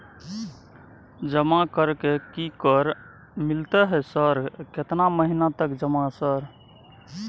जमा कर के की कर मिलते है सर केतना महीना तक जमा सर?